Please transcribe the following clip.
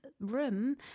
room